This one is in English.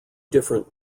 different